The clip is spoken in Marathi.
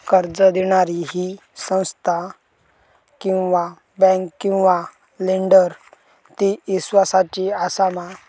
कर्ज दिणारी ही संस्था किवा बँक किवा लेंडर ती इस्वासाची आसा मा?